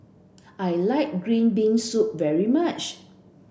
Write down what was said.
I like green bean soup very much